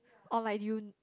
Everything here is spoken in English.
or like you